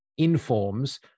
Informs